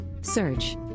Search